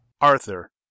arthur